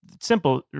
simple